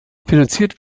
finanziert